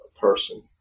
person